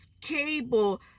cable